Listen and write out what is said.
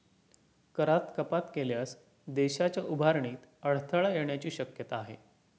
करात कपात केल्यास देशाच्या उभारणीत अडथळा येण्याची शक्यता आहे